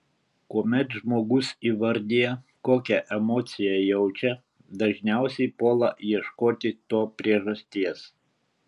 kuomet žmogus įvardija kokią emociją jaučia dažniausiai puola ieškoti to priežasties